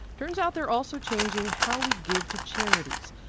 turns out, they're also changing how we give to charities.